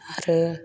आरो